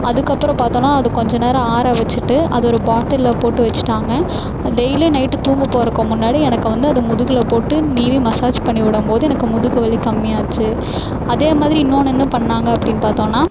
அதுக்கப்புறம் பார்த்தோன்னா அதை கொஞ்சம் நேரம் ஆற வைச்சிட்டு அதை ஒரு பாட்டிலில் போட்டு வைச்சிட்டாங்க டெய்லி நைட்டு தூங்க போறக்க முன்னாடி எனக்கு வந்து அது முதுகில் போட்டு நீவி மசாஜ் பண்ணிவிடும்போது எனக்கு முதுகு வலி கம்மியாச்சு அதே மாதிரி இன்னொன்னு என்ன பண்ணாங்க அப்டின்னு பாத்தோம்னா